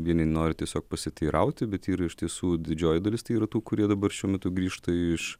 vieni nori tiesiog pasiteirauti bet yra iš tiesų didžioji dalis tai yra tų kurie dabar šiuo metu grįžta iš